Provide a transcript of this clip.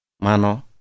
Mano